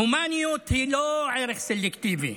הומניות היא לא ערך סלקטיבי.